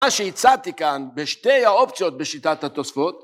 ‫מה שהצעתי כאן בשתי האופציות ‫בשיטת התוספות...